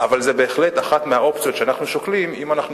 אבל זו בהחלט אחת האופציות שאנחנו שוקלים אם אנחנו